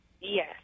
Yes